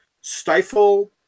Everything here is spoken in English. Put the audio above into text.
stifle